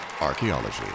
Archaeology